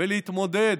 ולהתמודד